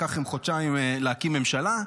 לקח לכם חודשיים להקים ממשלה.